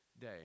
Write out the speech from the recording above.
day